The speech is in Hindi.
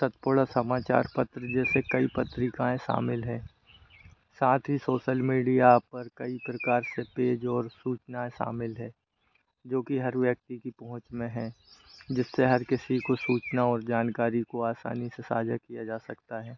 सतपुड़ा समाचार पत्र जैसे कई पत्रिकाएँ शामिल है साथ ही सोसल मीडिया पर कई प्रकार से पेज और सूचनाऍं शामिल है जोकि हर व्यक्ति की पहुँच में हैं जिससे हर किसी को सूचना और जानकारी को आसानी से साँझा किया जा सकता है